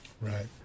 Right